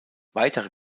weitere